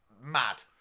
mad